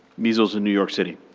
measles in new york city.